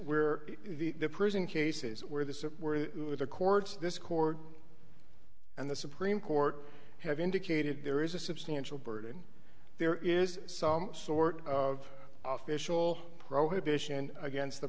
where the prison cases where this is where the courts this court and the supreme court have indicated there is a substantial burden there is some sort of official prohibition against the